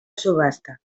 subhasta